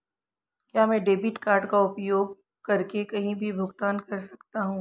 क्या मैं debit card का उपयोग करके कहीं भी भुगतान कर सकता हूं?